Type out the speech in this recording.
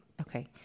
Okay